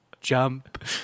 Jump